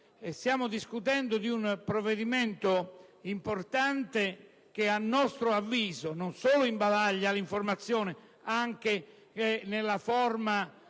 stiamo discutendo un provvedimento importante che, a nostro avviso, imbavaglia l'informazione, anche nella forma